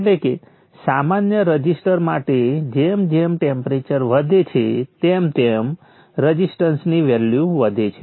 એટલે કે સામાન્ય રઝિસ્ટર માટે જેમ જેમ ટેમ્પરેચર વધે છે તેમ રઝિસ્ટન્સની વેલ્યુ વધે છે